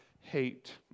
hate